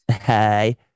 hey